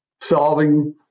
solving